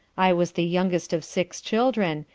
i was the youngest of six children,